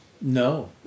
No